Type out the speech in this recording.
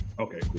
Okay